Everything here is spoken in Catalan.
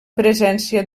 presència